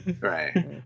Right